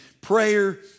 prayer